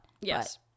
Yes